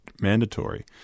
mandatory